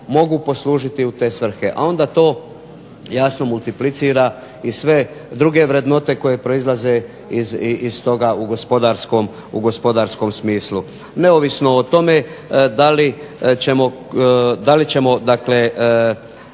mogu poslužiti u te svrhe, a onda to jasno multiplicira i sve druge vrednote koje proizlaze iz toga u gospodarskom smislu. Neovisno o tome da li ćemo dakle